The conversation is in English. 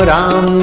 Ram